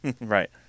Right